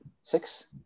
Six